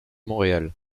montréal